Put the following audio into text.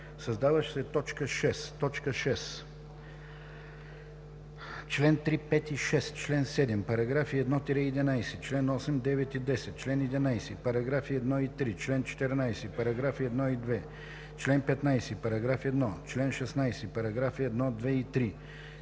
създава се т. 6: „6. чл. 3, 5 и 6, чл. 7, параграфи 1 – 11, чл. 8, 9 и 10, чл. 11, параграфи 1 и 3, чл. 14, параграфи 1 и 2, чл. 15, параграф 1, чл. 16, параграфи 1, 2 и 3,